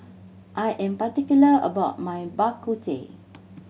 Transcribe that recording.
I am particular about my Bak Kut Teh